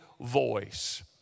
voice